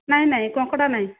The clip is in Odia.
ନାଇଁ ନାଇଁ କଙ୍କଡା ନାହିଁ